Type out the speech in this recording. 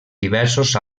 diversos